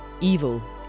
Evil